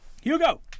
Hugo